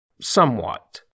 somewhat